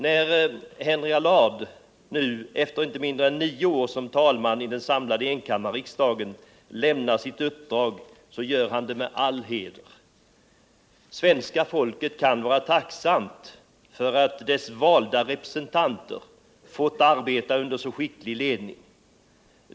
När Henry Allard nu, efter inte mindre än nio år som talman i den samlade enkammarriksdagen, lämnar sitt uppdrag gör han det med all heder. Svenska folket kan vara tacksamt för att dess valda representanter fått arbeta under så skicklig ledning.